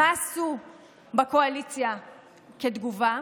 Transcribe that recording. מה עשו בקואליציה כתגובה?